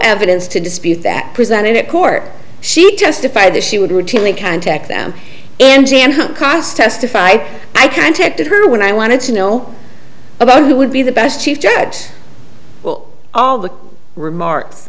evidence to dispute that presented at court she testified that she would routinely contact them in g m cars testify i contacted her when i wanted to know about who would be the best chief judge well all the remarks